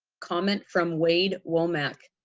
comment from wade womack.